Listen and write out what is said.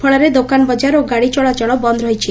ଫଳରେ ଦୋକାନ ବଜାର ଓ ଗାଡ଼ି ଚଳାଚଳ ବନ୍ଦ ରହିଛି